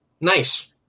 Nice